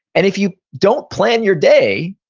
and if you don't plan your day,